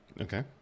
okay